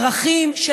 איזה ערכים?